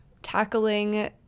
tackling